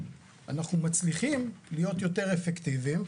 אנחנו מצליחים להיות יותר אפקטיביים,